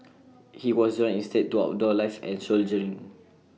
he was drawn instead to outdoor life and soldiering